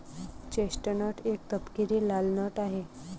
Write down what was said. chestnut एक तपकिरी लाल नट आहे